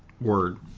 word